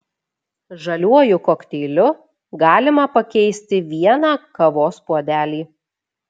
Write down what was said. žaliuoju kokteiliu galima pakeisti vieną kavos puodelį